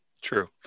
true